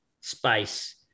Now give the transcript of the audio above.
space